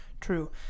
true